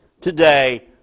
today